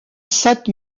sept